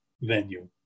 venue